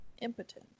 impotent